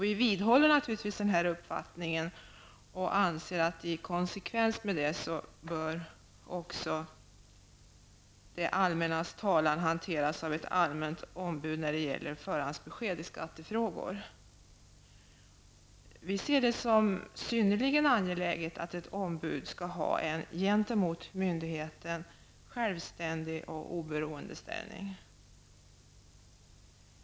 Vi vidhåller naturligtvis den uppfattningen och anser i konsekvens med det att det allmännas talan bör hanteras av ett allmänt ombud också när det gäller förhandsbesked i skattefrågor. Vi ser det som synnerligen angeläget att ett ombud skall ha en gentemot myndigheten självständig och oberoende ställning.